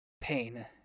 pain